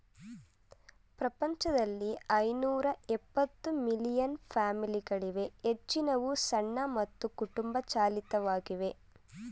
ಪ್ರಪಂಚದಲ್ಲಿ ಐನೂರಎಪ್ಪತ್ತು ಮಿಲಿಯನ್ ಫಾರ್ಮ್ಗಳಿವೆ ಹೆಚ್ಚಿನವು ಸಣ್ಣ ಮತ್ತು ಕುಟುಂಬ ಚಾಲಿತವಾಗಿದೆ